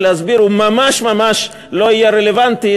להסביר הוא ממש ממש לא יהיה רלוונטי.